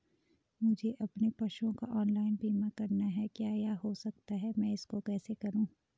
मुझे अपने पशुओं का ऑनलाइन बीमा करना है क्या यह हो सकता है मैं इसको कैसे करूँ?